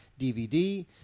DVD